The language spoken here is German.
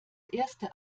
erste